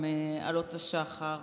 עם עלות השחר.